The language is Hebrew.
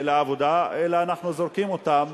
אלא אנחנו זורקים אותם